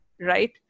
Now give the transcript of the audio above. right